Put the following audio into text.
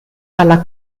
alla